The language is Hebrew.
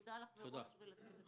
אני אומרת מראש: תודה לך ולצוות שלך.